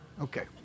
Okay